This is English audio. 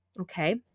Okay